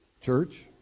Church